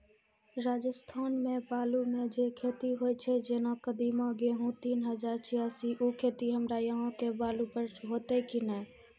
राजस्थान मे बालू मे जे खेती होय छै जेना कदीमा, गेहूँ तीन हजार छियासी, उ खेती हमरा यहाँ के बालू पर होते की नैय?